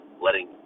letting